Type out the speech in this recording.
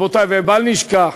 ובל נשכח